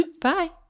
Bye